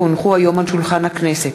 כי הונחו היום על שולחן הכנסת,